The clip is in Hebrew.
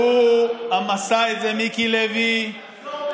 והוא גם עשה את זה, מיקי לוי, תחזור בך.